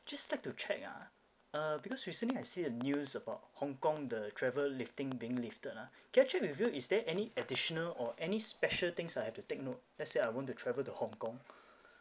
just like to check ah uh because recently I see the news about hong kong the travel lifting being lifted ah can I check with you is there any additional or any special things I have to take note let's say I want to travel to hong kong